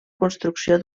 construcció